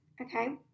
Okay